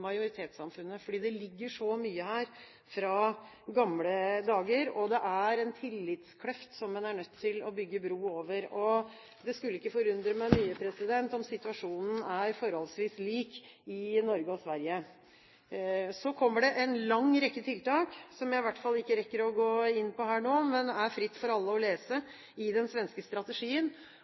majoritetssamfunnet. For det ligger så mye her fra gamle dager, og det er en tillitskløft som en er nødt til å bygge bro over. Det skulle ikke forundre meg mye om situasjonen er forholdsvis lik i Norge og Sverige. Så kommer det en lang rekke tiltak som jeg i hvert fall ikke rekker å gå inn på her nå, men som det er fritt for alle å lese om i den svenske strategien.